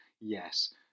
yes